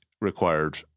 required